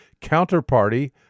Counterparty